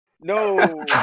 No